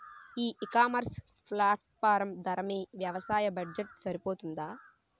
ఈ ecommerce platform ధర మీ వ్యవసాయ బడ్జెట్ సరిపోతుందా?